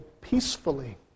peacefully